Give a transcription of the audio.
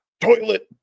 Toilet